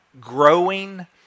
growing